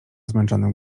zmęczonym